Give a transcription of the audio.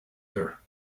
her